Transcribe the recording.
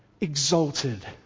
exalted